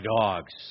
dogs